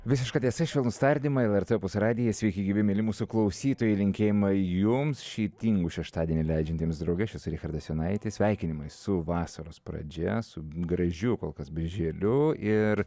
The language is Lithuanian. visiška tiesa švelnūs tardymai lrt opus radijas sveiki gyvi myli mūsų klausytojai linkėjimai jums šį tingų šeštadienį leidžiantiems drauge aš esu richardas jonaitis sveikinimai su vasaros pradžia su gražiu kol kas birželiu ir